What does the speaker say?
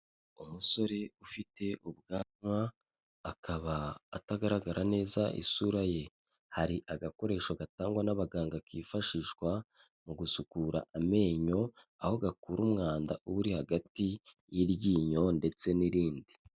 Umusore ufite ubwanwa akaba atagaragara neza isura ye, hari agakoresho gatangwa n'abaganga kifashishwa mu gusukura amenyo aho gakura umwanda uba uri hagati y'iryinyo ndetse n'irindi.